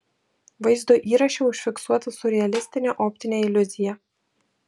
vaizdo įraše užfiksuota siurrealistinė optinė iliuzija